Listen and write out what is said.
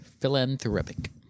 Philanthropic